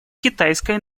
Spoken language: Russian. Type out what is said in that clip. китайской